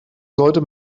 sollte